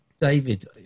David